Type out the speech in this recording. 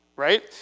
Right